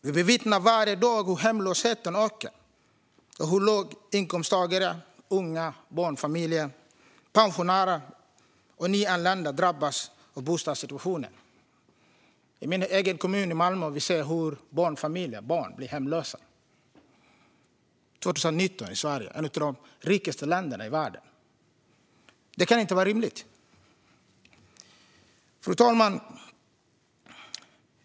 Vi bevittnar varje dag hur hemlösheten ökar och hur låginkomsttagare, unga, barnfamiljer, pensionärer och nyanlända drabbas av bostadssituationen. I min egen kommun, Malmö, ser vi barnfamiljer - barn - bli hemlösa. Det kan inte vara rimligt år 2019 i Sverige som är ett av de rikaste länderna i världen. Fru talman!